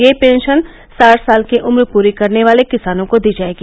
यह पेंशन साठ साल की उम्र पूरी करने वाले किसानों को दी जायेगी